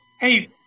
hey